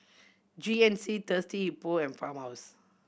G N C Thirsty Hippo and Farmhouse